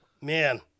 Man